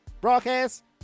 broadcast